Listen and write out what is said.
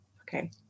Okay